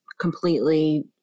completely